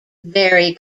very